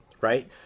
right